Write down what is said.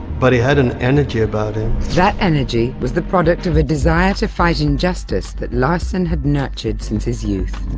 but he had an energy about and that energy was the product of a desire to fight injustice that larsson had nurtured since his youth.